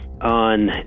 on